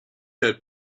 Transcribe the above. had